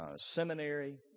seminary